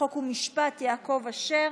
חוק ומשפט יעקב אשר,